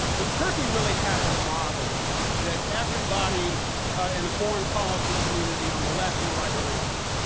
because turkey really had the model that everybody ah in the foreign policy community on the left and the right really liked.